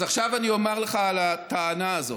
אז עכשיו אני אומר לך על הטענה הזאת.